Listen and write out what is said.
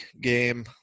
game